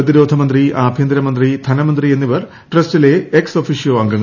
പ്രതിരോധമന്ത്രി ആഭ്യന്തരമന്ത്രി ധനമന്ത്രി എന്നിവർ ട്രസ്റ്റിലെ എക്സ്ഓഫിഷ്യോ അംഗങ്ങളാണ്